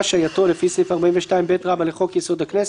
(4)בפסקה (3),